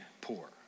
poor